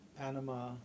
Panama